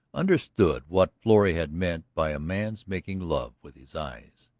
understood what florrie had meant by a man's making love with his eyes.